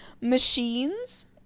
machines